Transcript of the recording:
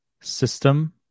system